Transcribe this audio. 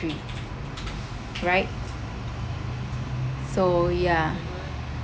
right so ya